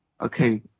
okay